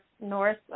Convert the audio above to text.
north